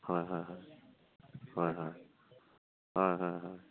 হয় হয় হয় হয় হয় হয় হয় হয়